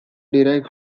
derived